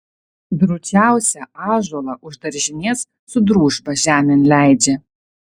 drūčiausią ąžuolą už daržinės su družba žemėn leidžia